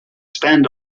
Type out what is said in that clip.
spend